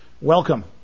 Welcome